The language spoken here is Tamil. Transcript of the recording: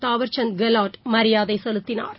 தாவா் சந்த் கெலாட் மரிபாதைசெலுத்தினாா்